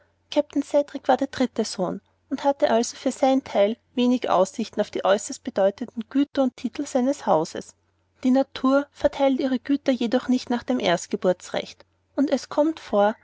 war der dritte sohn und hatte also für sein teil wenig aussichten auf die äußerst bedeutenden güter und titel seines hauses die natur verteilt ihre güter jedoch nicht nach dem erstgeburtsrecht und es kommt vor